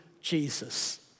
Jesus